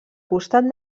costat